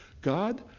God